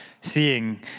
seeing